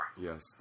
Yes